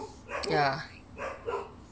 ya